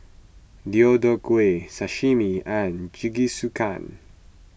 Deodeok Gui Sashimi and Jingisukan